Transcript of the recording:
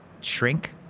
shrink